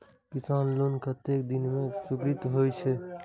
किसान लोन कतेक दिन में स्वीकृत होई छै?